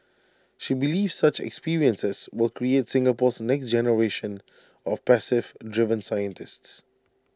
she believes such experiences will create Singapore's next generation of passive driven scientists